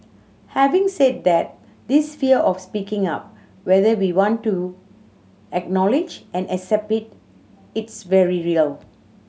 having said that this fear of speaking up whether we want to acknowledge and accept it is very real